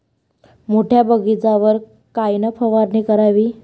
मोठ्या बगीचावर कायन फवारनी करावी?